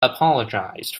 apologized